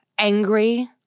angry